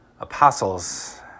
apostles